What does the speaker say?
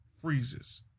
freezes